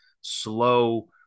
slow